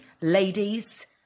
ladies